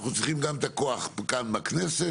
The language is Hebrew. אנחנו צריכים גם את הכוח כאן בכנסת,